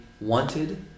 wanted